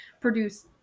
produce